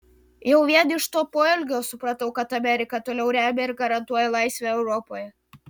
jau vien iš to poelgio supratau kad amerika toliau remia ir garantuoja laisvę europoje